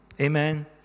Amen